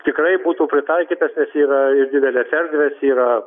tikrai būtų pritaikytas nes yra didelės erdvės yra